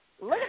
look